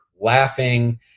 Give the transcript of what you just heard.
laughing